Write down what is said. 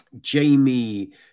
Jamie